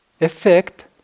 effect